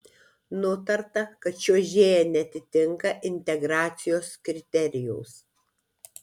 nutarta kad čiuožėja neatitinka integracijos kriterijaus